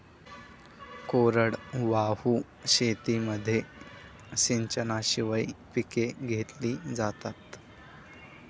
कोरडवाहू शेतीमध्ये सिंचनाशिवाय पिके घेतली जातात